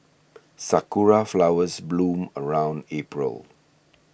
sakura flowers bloom around April